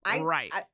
right